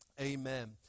Amen